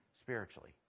spiritually